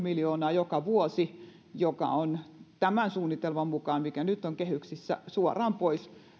miljoonaa joka vuosi mikä on tämän suunnitelman mukaan mikä nyt on kehyksissä suoraan pois